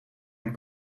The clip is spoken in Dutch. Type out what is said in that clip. een